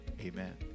Amen